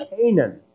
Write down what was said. Canaan